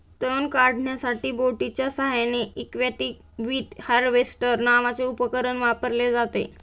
तण काढण्यासाठी बोटीच्या साहाय्याने एक्वाटिक वीड हार्वेस्टर नावाचे उपकरण वापरले जाते